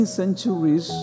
centuries